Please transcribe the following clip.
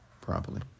properly